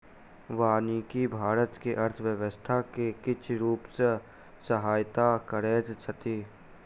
वानिकी भारत के अर्थव्यवस्था के किछ रूप सॅ सहायता करैत अछि